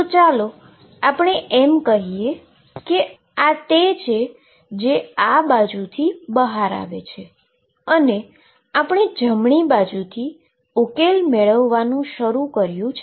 તો ચાલો આપણે કહીએ કે આ તે છે જે આ બાજુથી બહાર આવે છે અને આપણે જમણી બાજુથી ઉકેલ મેળવવાનુ શરૂ કર્યું છે